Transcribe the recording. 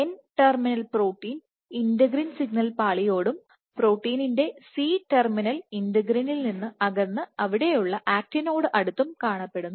N terminal protein integrin signal പാളിയോടും പ്രോട്ടീന്റെ C terminal ഇന്റഗ്രിനിൽ നിന്ന് അകന്ന് അവിടെയുള്ള ആക്റ്റിനോട് അടുത്ത കാണപ്പെടുന്നു